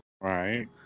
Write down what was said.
Right